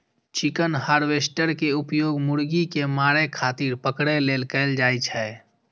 chicken harvester के उपयोग मुर्गी कें मारै खातिर पकड़ै लेल कैल जाइ छै